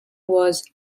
was